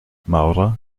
maurer